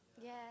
Yes